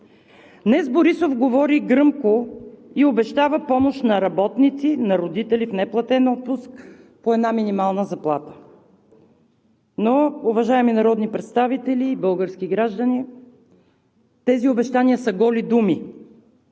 Днес Борисов говори гръмко и обещава помощ на работници, на родители в неплатен отпуск – по една минимална заплата, но, уважаеми народни представителии български граждани, тези обещания са голи думи.